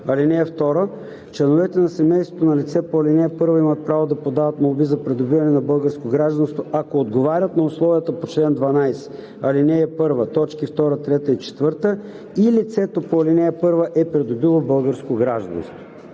години. (2) Членовете на семейството на лице по ал. 1 имат право да подават молби за придобиване на българско гражданство, ако отговарят на условията по чл. 12, ал. 1, т. 2, 3 и 4 и лицето по ал. 1 е придобило българско гражданство.“